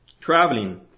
Traveling